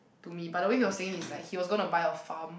to me but the way he was saying is like he was going to buy a farm